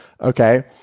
okay